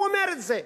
הוא אומר את זה.